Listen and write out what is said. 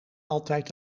altijd